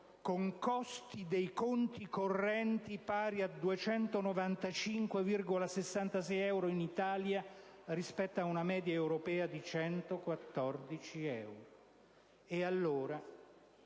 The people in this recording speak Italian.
con costi dei conti correnti pari a 295,66 euro in Italia, rispetto a una media europea di 114 euro. Bisogna